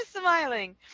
smiling